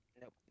Nope